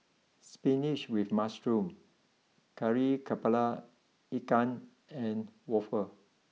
spinach with Mushroom Kari Kepala Ikan and waffle